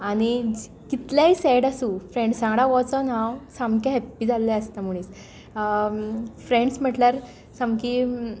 आनी कितलेंय सॅड आसूं फ्रेंडसां वांगडा वचून हांव सामकें हॅप्पी जाल्लें आसता मणीस फ्रेड्स म्हणल्यार सामकी